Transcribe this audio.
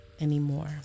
anymore